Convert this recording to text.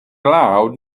loud